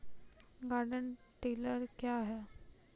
Garden tiller क्या हैं?